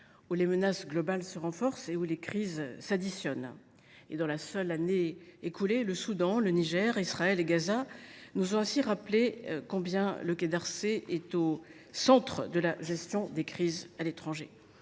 où les menaces globales se renforcent et où les crises s’additionnent. Lors de la seule année écoulée, le Soudan, le Niger, Israël et Gaza nous ont ainsi rappelé combien le Quai d’Orsay était au centre de la gestion des crises à l’étranger.